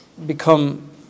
become